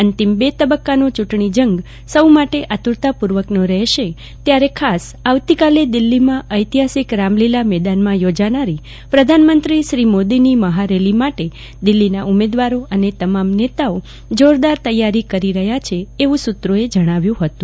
અંતિમ બે તબક્કાનો યુંટણીજંગ સૌ માટે આતુરતા પુર્વકનો રહેશે ત્યારે આવતીકાલે દિલ્હીમાં ઐતિહાસિક રામલીલા મેદાનમાં યોજાનારી પ્રધાનમંત્રી શ્રી મોદીની મહારેલી માટે દિલ્હીના ઉમેદવારો અને તમામ નેતાઓએ જોરદાર તૈયારી કરી રહ્યા છે એવુ સુત્રોએ જણાવ્યુ હતું